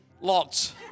lots